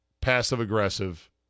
passive-aggressive